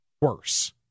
worse